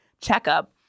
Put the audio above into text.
checkup